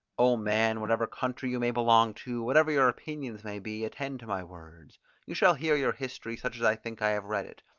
o man, whatever country you may belong to, whatever your opinions may be, attend to my words you shall hear your history such as i think i have read it,